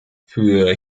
für